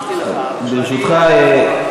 ברשותך,